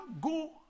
go